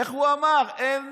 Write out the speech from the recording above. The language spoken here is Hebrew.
איך הוא אמר, הצבוע הזה?